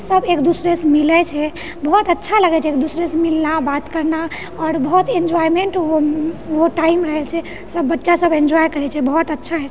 सब एक दूसरेसे मिलैछेै बहुत अच्छा लगैछेै एक दूसरेसे मिलना बात करना आओर बहुत्त एन्जॉयमेन्ट ओ टाइम रहैछेै सब बच्चासब एन्जॉय करैछेै बहुत अच्छासँ